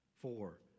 Four